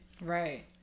Right